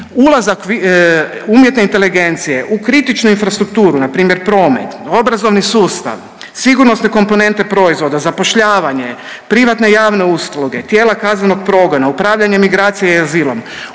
ulazak umjetne inteligencije u kritičnu infrastrukturu, na primjer promet, obrazovni sustav, sigurnosne komponente proizvoda, zapošljavanje, privatne javne usluge, tijela kaznenog progona, upravljanje migracija i azilom,